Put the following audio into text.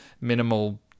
minimal